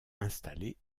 installé